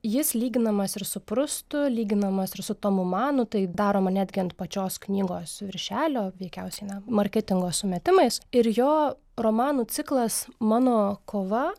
jis lyginamas ir su prustu lyginamas ir su tomu manu tai daroma netgi ant pačios knygos viršelio veikiausiai na marketingo sumetimais ir jo romanų ciklas mano kova